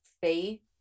faith